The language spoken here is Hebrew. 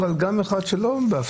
גם אחד שלא יצא מכאן בהפלגות.